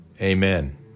Amen